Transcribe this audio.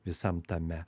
visam tame